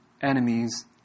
enemies